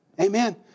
Amen